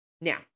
Now